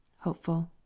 Hopeful